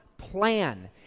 plan